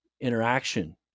interaction